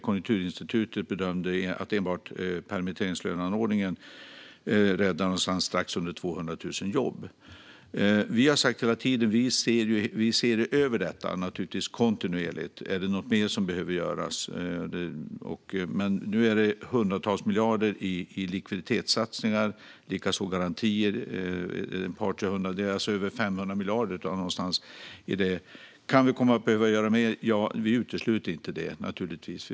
Konjunkturinstitutet bedömde att enbart permitteringslöneanordningen räddar strax under 200 000 jobb. Vi har hela tiden sagt att vi kontinuerligt ser över detta och om det är något mer som behöver göras. Men nu är det hundratals miljarder i likviditetssatsningar, likaså garantier på 200-300. Det är alltså någonstans över 500 miljarder. Kan vi komma upp i och göra mer? Vi utesluter naturligtvis inte det.